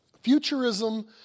Futurism